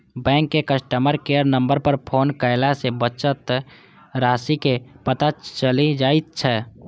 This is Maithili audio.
बैंक के कस्टमर केयर नंबर पर फोन कयला सं बचत राशिक पता चलि जाइ छै